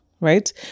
right